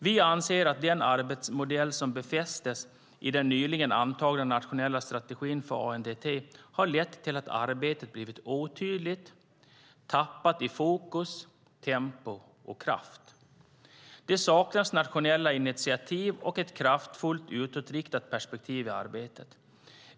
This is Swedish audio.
Vi anser att den arbetsmodell som befästes i den nyligen antagna nationella strategin för ANDT har lett till att arbetet blivit otydligt och tappat i fokus, tempo och kraft. Det saknas nationella initiativ och ett kraftfullt utåtriktat perspektiv i arbetet.